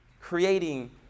creating